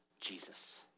Jesus